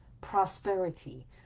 prosperity